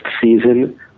season